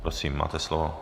Prosím, máte slovo.